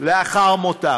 לאחר מותם.